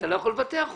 אתה לא יכול לבטח אותו.